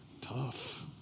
tough